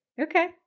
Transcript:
Okay